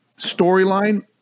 storyline